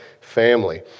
family